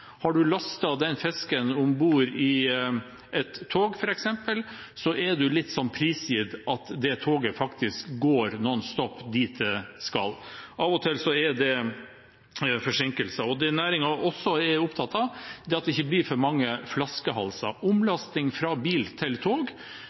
Har du lastet den fisken om bord i et tog f.eks., er man prisgitt at det toget faktisk går non stop dit det skal. Av og til er det forsinkelser. Det næringen også er opptatt av, er at det ikke blir for mange flaskehalser. Omlasting fra bil til tog